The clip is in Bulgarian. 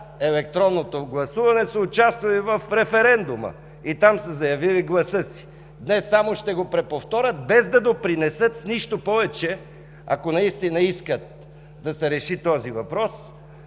електронното гласуване, са участвали в референдума и там са заявили гласа си. Днес само ще го преповторят, без да допринесат с нищо повече, ако наистина искат да се реши въпросът